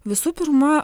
visų pirma